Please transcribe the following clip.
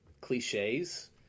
cliches